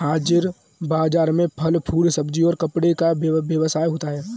हाजिर बाजार में फल फूल सब्जी और कपड़े का व्यवसाय होता है